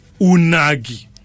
Unagi